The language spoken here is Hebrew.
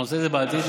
ונעשה את זה בעתיד.